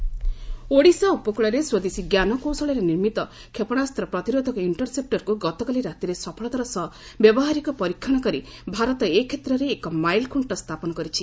India missile Odisha ଉପକ୍ଳରେ ସ୍ୱଦେଶୀ ଜ୍ଞାନକୌଶଳରେ ନିର୍ମିତ କ୍ଷେପଣାସ୍ତ ପ୍ରତିରୋଧକ ଇଣ୍ଟର ସେପୁରକ୍ ଗତକାଲି ରାତିରେ ସଫଳତାର ସହ ବ୍ୟାବହାରିକ ପରୀକ୍ଷଣ କରି ଭାରତ ଏ କ୍ଷେତ୍ରରେ ଏକ ମାଇଲ୍ଖ୍ରକ୍ଷ ସ୍ଥାପନ କରିଛି